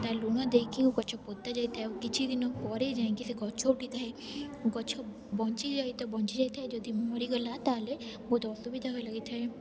ତା ଲୁଣ ଦେଇକି ଗଛ ପୋତାଯାଇଥାଏ କିଛି ଦିନ ପରେ ଯାଇକି ସେ ଗଛ ଉଠିଥାଏ ଗଛ ବଞ୍ଚି ଯାଏ ତ ବଞ୍ଚିଯାଇଥାଏ ଯଦି ମରିଗଲା ତାହେଲେ ବହୁତ ଅସୁବିଧା ହୋଇ ଲାଗିଥାଏ